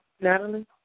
Natalie